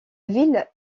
ville